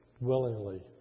willingly